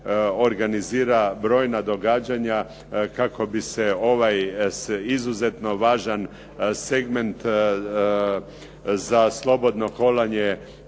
organizira brojna događanja kako bi se ovaj izuzetno važan segment za slobodno kolanje